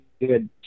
good